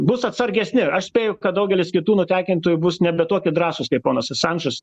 bus atsargesni aš spėju kad daugelis kitų nutekintųjų bus nebe tokie drąsūs kaip ponas asandžas